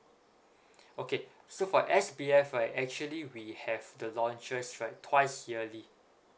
okay so for S_B_F right actually we have the launches right twice yearly